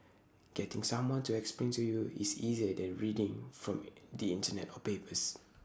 getting someone to explain to you is easier than reading from the Internet or papers